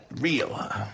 real